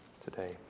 today